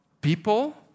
people